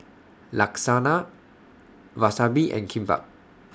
Lasagna Wasabi and Kimbap